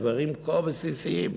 דברים כה בסיסיים.